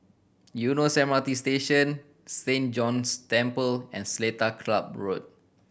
Eunos M R T Station Saint John's Chapel and Seletar Club Road